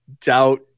doubt